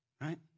Right